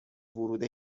ورود